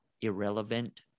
irrelevant